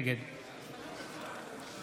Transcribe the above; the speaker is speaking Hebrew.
נגד